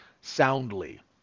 soundly